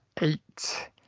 eight